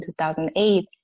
2008